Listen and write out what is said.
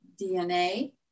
DNA